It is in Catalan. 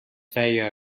feia